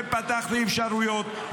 ופתחתי אפשרויות,